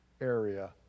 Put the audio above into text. area